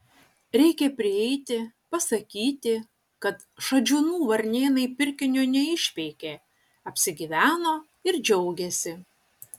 reikia prieiti pasakyti kad šadžiūnų varnėnai pirkinio neišpeikė apsigyveno ir džiaugiasi